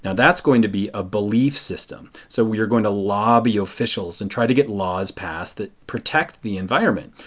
now that is going to be a belief system. so we are going to lobby officials and try to get laws passed that protect the environment.